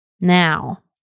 Now